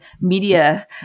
media